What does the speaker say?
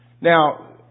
Now